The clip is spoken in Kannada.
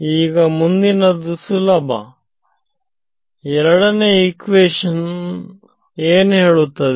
ಈಗ ಉಳಿದಿರುವುದಿಲ್ಲ ಸುಲಭ ಎರಡನೇ ಇಕ್ವಿಷನ್ ಏನ್ ಹೇಳುತ್ತದೆ